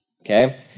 Okay